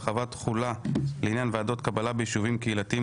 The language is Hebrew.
(הרחבת תחולה לעניין ועדות קבלה בישובים קהילתיים),